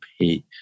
pay